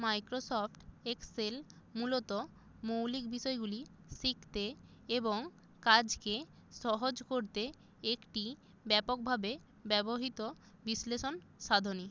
Microsoft Excel মূলত মৌলিক বিষয়গুলি শিখতে এবং কাজকে সহজ করতে একটি ব্যাপকভাবে ব্যবহৃত বিশ্লেষণ সাধনী